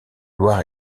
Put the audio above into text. loir